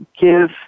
give